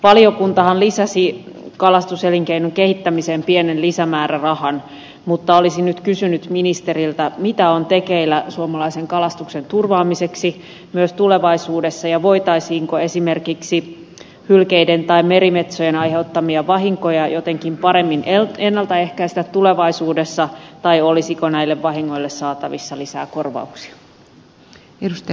valiokuntahan lisäsi kalastuselinkeinon kehittämiseen pienen lisämäärärahan mutta olisin nyt kysynyt ministeriltä mitä on tekeillä suomalaisen kalastuksen turvaamiseksi myös tulevaisuudessa ja voitaisiinko esimerkiksi hylkeiden tai merimetsojen aiheuttamia vahinkoja jotenkin paremmin ennaltaehkäistä tulevaisuudessa tai olisiko näille vahingoille saatavissa lisää korvauksia